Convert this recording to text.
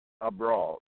abroad